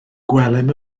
gwelem